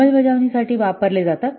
अंमलबजावणीसाठी वापर ले जातात